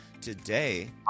Today